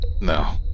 no